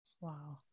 Wow